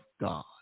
God